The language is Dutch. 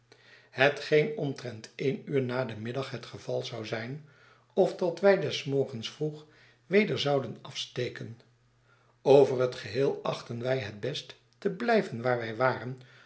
hetgeen omtrent een uur na den middag het geval zou zijn of dat wij des morgens vroeg weder zouden afsteken over het geheel achtten wij het best te blijven waar wij waren